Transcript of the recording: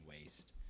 waste